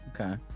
Okay